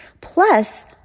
Plus